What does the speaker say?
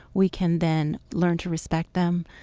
we can then learn to respect them,